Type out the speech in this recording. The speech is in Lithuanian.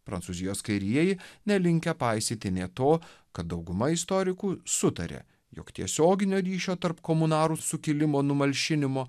prancūzijos kairieji nelinkę paisyti nė to kad dauguma istorikų sutaria jog tiesioginio ryšio tarp komunarų sukilimo numalšinimo